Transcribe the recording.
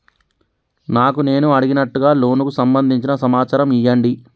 నాకు నేను అడిగినట్టుగా లోనుకు సంబందించిన సమాచారం ఇయ్యండి?